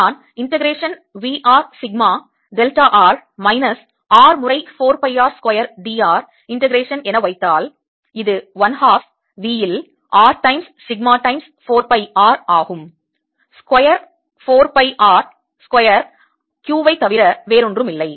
நான் integration V r sigma delta r minus R முறை 4 pi r square dr integration என வைத்தால் இது 1 ஹாஃப் V இல் R times sigma times 4 pi R ஆகும் square 4 pi R square Q ஐத் தவிர வேறொன்றுமில்லை